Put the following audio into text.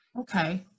Okay